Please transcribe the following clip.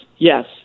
Yes